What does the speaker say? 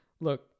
Look